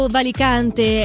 Valicante